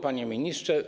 Panie Ministrze!